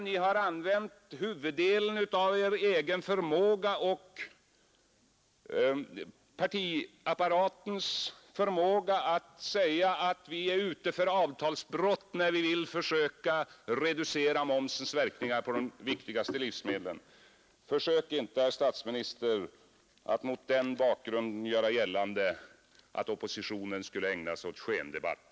Ni har använt huvuddelen av er egen förmåga och partiapparatens hela förmåga att säga att vi är ute för att söka åstadkomma avtalsbrott, när vi vill försöka reducera momsens verkningar på de viktigaste livsmedlen. Försök inte, herr statsminister, att mot den bakgrunden göra gällande att oppositionen skulle ägna sig åt en skendebatt!